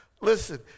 listen